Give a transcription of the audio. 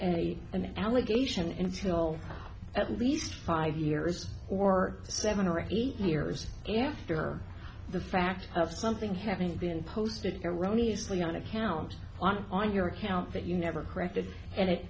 any an allegation in still at least five years or seven or eight years after the fact of something having been posted erroneously on account on on your account that you never corrected and it